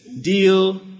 deal